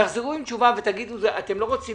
תחזרו עם תשובה ותגידו שאתם לא רוצים